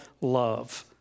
love